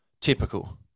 typical